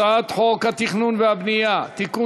הצעת חוק התכנון והבנייה (תיקון,